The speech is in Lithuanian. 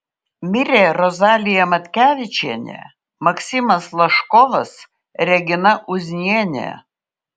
mirė rozalija matkevičienė maksimas laškovas regina uznienė